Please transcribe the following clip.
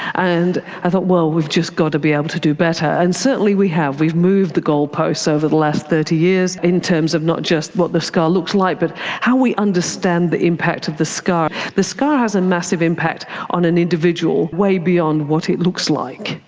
and i thought, well we've just got to be able to do better. and certainly we have. we've moved the goalposts over the last thirty years in terms of not just what the scar looks like but how we understand the impact of the scar. the scar has a massive impact on an individual, way beyond what it looks like.